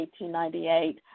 1898